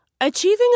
Achieving